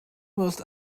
most